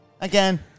again